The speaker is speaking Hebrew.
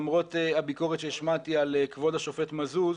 למרות הביקורת שהשמעתי על כבוד השופט מזוז,